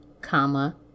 comma